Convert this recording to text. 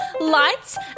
lights